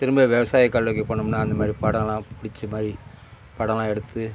திரும்ப விவசாய கொல்லைக்கு போனோம்னா அந்த மாதிரி படம்லாம் பிடிச்ச மாதிரி படம்லாம் எடுத்து